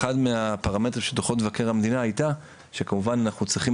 אחד מהפרמטרים של דוחות מבקר המדינה היה שכמובן אנחנו צריכים